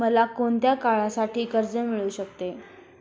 मला कोणत्या काळासाठी कर्ज मिळू शकते?